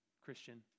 Christian